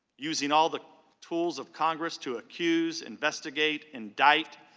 using all the tools of congress to accuse, investigate, indict,